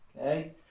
Okay